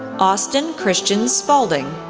austin christian spalding,